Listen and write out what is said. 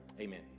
Amen